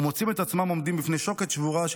ומוצאים את עצמם עומדים בפני שוקת שבורה של